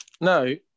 No